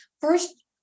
First